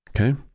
Okay